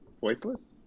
Voiceless